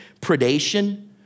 predation